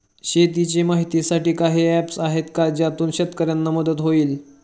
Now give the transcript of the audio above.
शेतीचे माहितीसाठी काही ऍप्स आहेत का ज्यातून शेतकऱ्यांना मदत होईल?